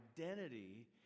identity